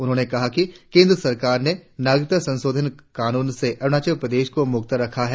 उन्होंने कहा कि केंद्र सरकार ने नागरिकता संशोधन कानून से अरुणाचल प्रदेश को मुक्त रखा है